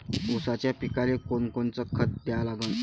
ऊसाच्या पिकाले कोनकोनचं खत द्या लागन?